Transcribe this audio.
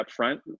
upfront